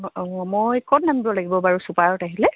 অঁ অঁ মই ক'ত নামিব লাগিব বাৰু ছুপাৰত আহিলে